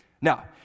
Now